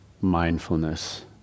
mindfulness